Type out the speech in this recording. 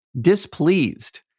displeased